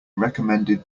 recommended